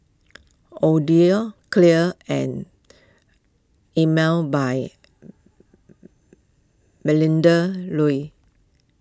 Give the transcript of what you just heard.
Odlo Clear and Emel by Melinda Looi